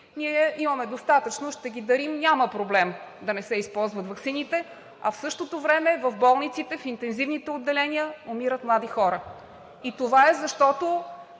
ние имаме достатъчно, ще ги дарим, няма проблем да не се използват ваксините. А в същото време в болниците, в интензивните отделения умират млади хора и това е, защото